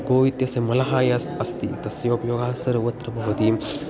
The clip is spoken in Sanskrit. गौः इत्यस्य मलं यस्य अस्ति तस्य उपयोगः सर्वत्र भवति